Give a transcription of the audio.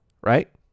right